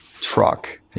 truck